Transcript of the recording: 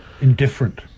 Indifferent